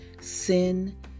sin